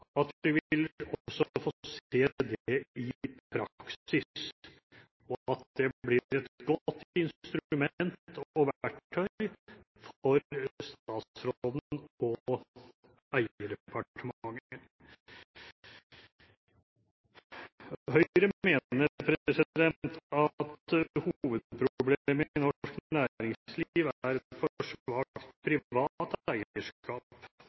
også vil få se det i praksis, og at det blir et godt instrument og verktøy for statsråden og eierdepartementet. Høyre mener at